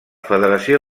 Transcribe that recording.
federació